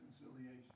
Reconciliation